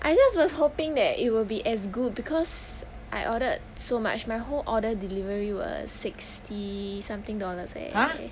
I just was hoping that it will be as good because I ordered so much my whole order delivery was sixty something dollars eh